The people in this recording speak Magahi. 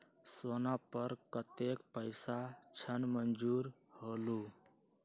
सोना पर कतेक पैसा ऋण मंजूर होलहु?